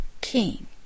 King